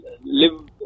live